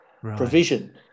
provision